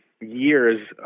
years